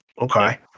Okay